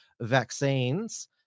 vaccines